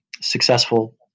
successful